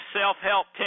self-help